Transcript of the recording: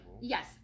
yes